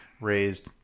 raised